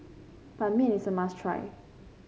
Ban Mian is a must try